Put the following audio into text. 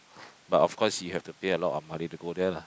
but of course you have to pay a lot of money to go lah